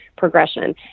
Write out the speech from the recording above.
Progression